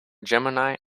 gemini